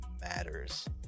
matters